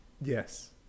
yes